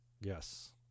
Yes